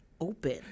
open